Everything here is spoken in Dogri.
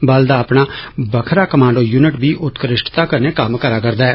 बल दा अपना बक्खरा कमांडो यूनिट बी उत्कृष्टता कन्नै कम्म करा करदा ऐ